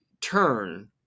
turn